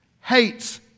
hates